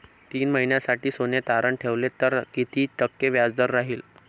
तीन महिन्यासाठी सोने तारण ठेवले तर किती टक्के व्याजदर राहिल?